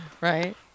Right